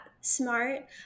smart